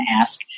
ask